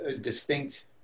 distinct